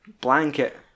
blanket